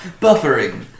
Buffering